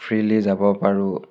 freely যাব পাৰোঁ